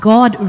God